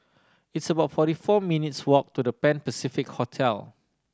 it's about forty four minutes' walk to The Pan Pacific Hotel